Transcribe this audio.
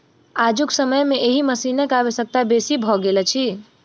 आजुक समय मे एहि मशीनक आवश्यकता बेसी भ गेल अछि